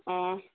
অঁ